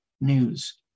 news